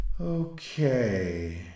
Okay